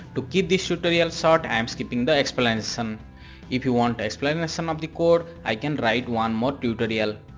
to keep this tutorial shot, i am skipping the explanation. if you want explanation of the code, i can write one more tutorial,